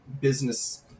business